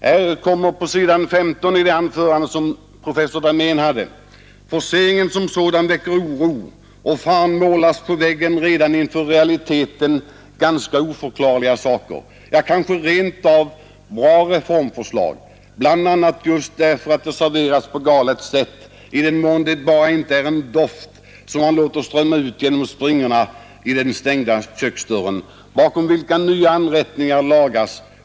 Det anförs på s. 15 av samma referat som det där professor Dahméns anförande är återgivet följande: ”Forceringen som sådan väcker oro och Fan målas på väggen redan inför i realiteten ganska oförargliga, ja, kanske rent av bra reform förslag, bl.a. just därför att de serveras på galet sätt — i den mån det inte bara är en doft som man låter strömma ut genom springorna i den stängda köksdörr, bakom vilken de nya anrättningarna lagas.